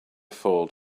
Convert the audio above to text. fault